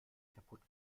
kaputt